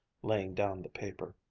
laying down the paper.